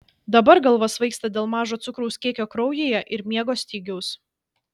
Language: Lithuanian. dabar galva svaigsta dėl mažo cukraus kiekio kraujyje ir miego stygiaus